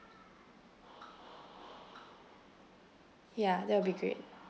ya that will be great